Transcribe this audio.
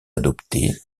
adopté